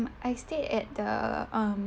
I stayed at the um